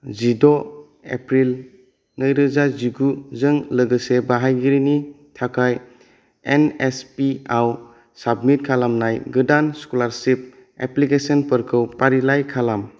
जिद' एप्रिल नैरोजा जिगु जों लोगोसे बाहायगिरिनि थाखाय एन एस पि आव साबमिट खालामनाय गोदान स्क'लारशिप एप्लिकेशनफोरखौ फारिलाइ खालाम